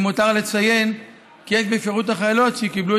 למותר לציין כי יש באפשרות החיילות שקיבלו